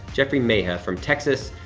jeffrey mejia from texas.